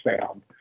sound